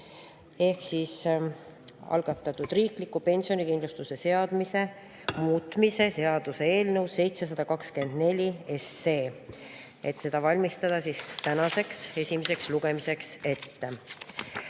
ehk algatatud riikliku pensionikindlustuse seaduse muutmise seaduse eelnõu 724, et seda valmistada ette tänaseks esimeseks lugemiseks.